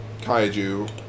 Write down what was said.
kaiju